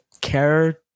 care